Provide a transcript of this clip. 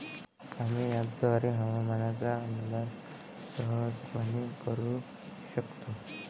आम्ही अँपपद्वारे हवामानाचा अंदाज सहजपणे करू शकतो